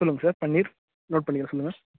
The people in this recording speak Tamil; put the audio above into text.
சொல்லுங்கள் சார் பன்னீர் நோட் பண்ணிக்கிறேன் சொல்லுங்கள்